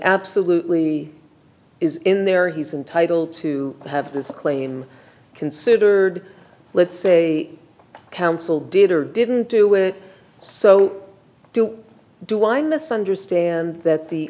absolutely is in there he's entitled to have this claim considered let's say counsel did or didn't do it so don't do one misunderstand that the